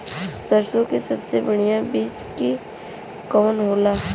सरसों क सबसे बढ़िया बिज के कवन होला?